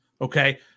okay